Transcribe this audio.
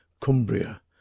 Cumbria